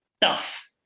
tough